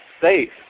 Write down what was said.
safe